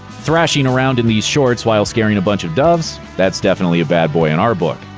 thrashing around in these shorts while scaring a bunch of doves? that's definitely a bad boy in our book.